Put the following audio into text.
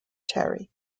terry